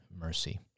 mercy